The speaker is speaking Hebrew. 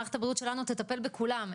מערכת הבריאות שלנו תטפל בכולם,